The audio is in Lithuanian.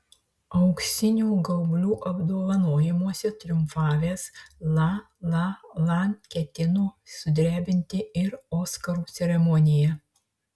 auksinių gaublių apdovanojimuose triumfavęs la la land ketino sudrebinti ir oskarų ceremoniją